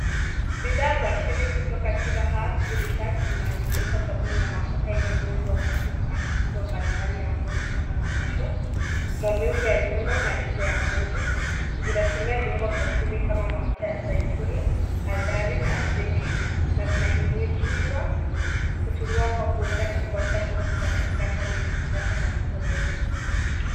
Bidhaa za asili kutoka Tiba Herbs Research. Zinajumuisha sabuni ya mafuta yenye uwezo wa kutibu matatizo mbalimbali ya ngozi kama mwasho, maumivu ya viungo, na giza ya ngozi. Zinatumia viungo vya asili kama mafuta ya zaituni aldari, na alzeti. Na zinahimiziwa kutumia kwa kuoga na kuacha povu kwa dakika tano ili kupata matokeo bora.